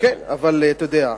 כן, אבל, אתה יודע,